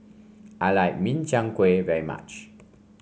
I like Min Chiang Kueh very much